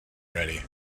ready